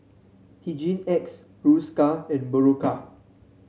Hygin X Hiruscar and Berocca